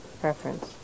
preference